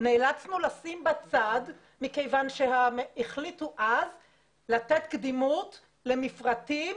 נאלצנו לשים בצד מכיוון שהחליטו אז לתת קדימות למפרטים